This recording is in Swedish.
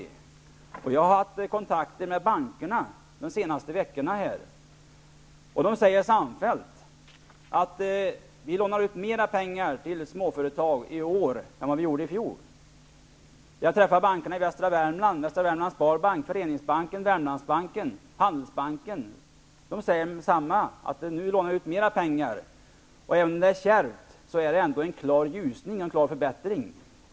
Jag har haft kontakt med många banker under de senaste veckorna. De säger samfällt att de nu lånar ut mer pengar till småföretagen än vad de gjorde i fjol. Jag har varit i kontakt med Västra Värmlands sparbank, Handelsbanken. Alla säger att de nu lånar ut mer pengar. Även om det är kärvt, finns nu en klar ljusning, en klar förbättring.